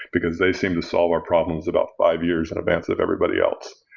because they seem to solve our problems about five years in advance of everybody else.